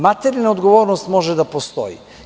Materijalna odgovornost može da postoji.